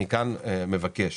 אני מבקש